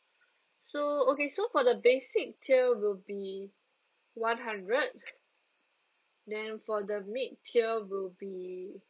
so okay so for the basic tier will be one hundred then for the mid-tier will be